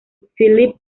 philippe